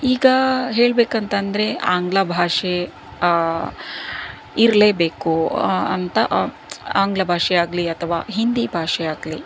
ಈಗ ಹೇಳಬೇಕಂತಂದರೆ ಆಂಗ್ಲ ಭಾಷೆ ಇರಲೇ ಬೇಕು ಅಂತ ಆಂಗ್ಲ ಭಾಷೆ ಆಗಲಿ ಅಥವಾ ಹಿಂದಿ ಭಾಷೆ ಆಗಲಿ